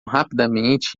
rapidamente